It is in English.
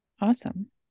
Awesome